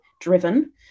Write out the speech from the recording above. driven